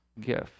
gift